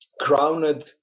crowned